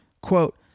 quote